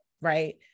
right